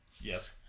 Yes